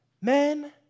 men